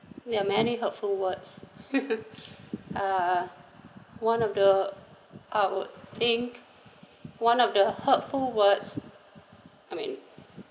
there are many hurtful words uh one of the I would think one of the hurtful words I mean